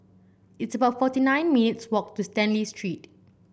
it's about forty nine minutes' walk to Stanley Street